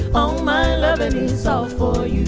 um my love any south boy